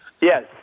Yes